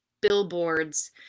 billboards